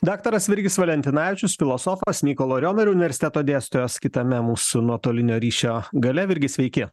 daktaras virgis valentinavičius filosofas mykolo riomerio universiteto dėstytojas kitame mūsų nuotolinio ryšio gale virgi sveiki